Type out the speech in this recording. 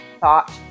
thought